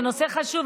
זה נושא חשוב.